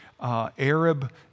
Arab